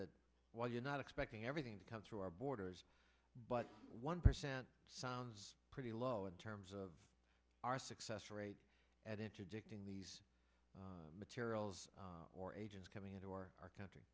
that while you're not expecting everything to come through our borders but one percent sounds pretty low in terms of our success rate at interdicting these materials or agents coming into our our country